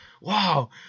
wow